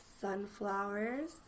sunflowers